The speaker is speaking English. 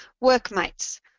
workmates